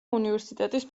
უნივერსიტეტის